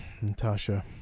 Natasha